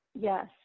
Yes